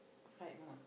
flight mode